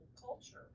culture